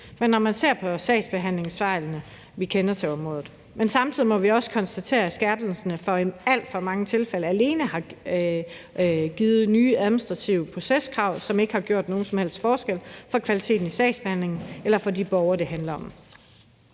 når man ser på sagsbehandlingsfejlene, vi kender på området. Men samtidig må vi også konstatere, at skærpelsen i alt for mange tilfælde alene har givet nye administrative proceskrav, som ikke har gjort nogen som helst forskel for kvaliteten i sagsbehandlingen eller for de borgere, det handler om.